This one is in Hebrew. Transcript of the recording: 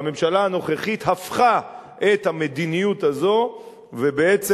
והממשלה הנוכחית הפכה את המדיניות הזאת ובעצם